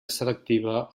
selectiva